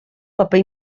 paper